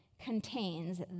Contains